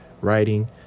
writing